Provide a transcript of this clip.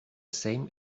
same